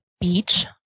beach